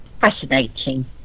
fascinating